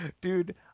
Dude